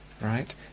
Right